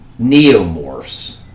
neomorphs